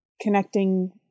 connecting